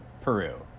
Peru